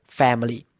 family